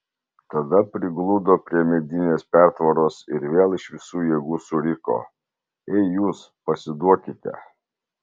tada prigludo prie medinės pertvaros ir vėl iš visų jėgų suriko ei jūs pasiduokite